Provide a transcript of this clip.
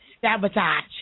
Sabotage